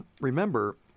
remember